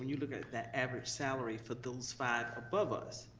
you look at that average salary for those five above us,